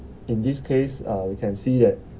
in this case uh you can see that